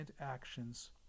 actions